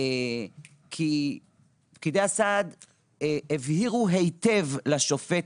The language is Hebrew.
כי פקידי הסעד הבהירו היטב לשופטת: